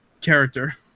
character